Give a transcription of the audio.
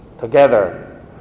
together